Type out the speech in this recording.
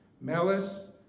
malice